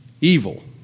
evil